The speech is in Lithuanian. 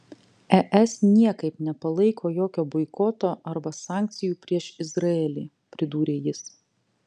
es niekaip nepalaiko jokio boikoto arba sankcijų prieš izraelį pridūrė jis